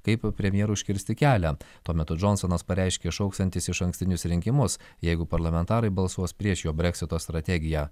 kaip premjerui užkirsti kelią tuo metu džonsonas pareiškė šauksiantis išankstinius rinkimus jeigu parlamentarai balsuos prieš jo breksito strategiją